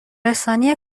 رسانی